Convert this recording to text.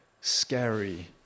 scary